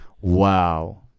Wow